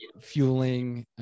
fueling